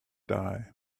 die